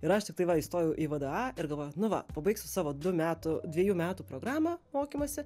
ir aš tiktai va įstojau į vda ir galvoju nu va pabaigsiu savo du metų dvejų metų programą mokymosi